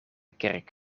kerk